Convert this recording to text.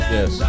Yes